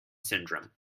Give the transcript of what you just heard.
syndrome